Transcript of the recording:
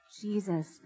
Jesus